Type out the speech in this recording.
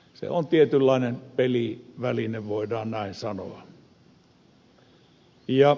se on tietynlainen peliväline voidaan näin sanoa